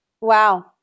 Wow